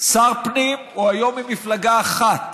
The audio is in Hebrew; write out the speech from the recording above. שר הפנים הוא היום ממפלגה אחת,